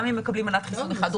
גם אם מקבלים מנת חיסון אחת.